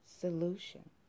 Solution